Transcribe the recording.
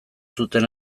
zuten